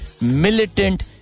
militant